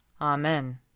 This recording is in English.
Amen